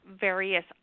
various